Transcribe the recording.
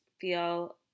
feel